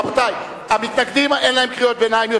רבותי המתנגדים, אין להם קריאות ביניים.